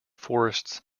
forests